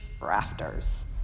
rafters